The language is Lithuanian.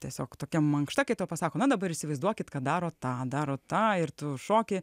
tiesiog tokia mankšta kai tau pasako na dabar įsivaizduokit ką daro tą daro tą ir tu šoki